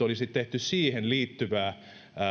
olisi tehty siihen liittyvää